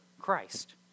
Christ